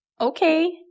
Okay